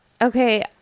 Okay